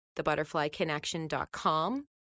thebutterflyconnection.com